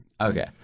Okay